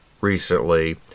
recently